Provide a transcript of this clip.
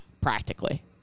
practically